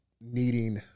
needing